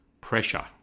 pressure